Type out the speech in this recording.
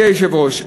אדוני היושב-ראש,